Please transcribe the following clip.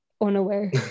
unaware